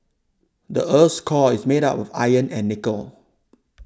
the earth's core is made of iron and nickel